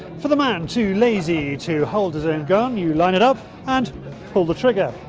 for the man too lazy to hold his own gun, you line it up and pull the trigger.